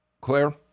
Claire